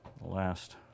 last